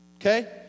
Okay